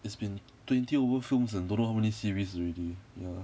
it's been twenty over films and don't know how many series already ya